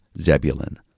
Zebulun